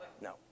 no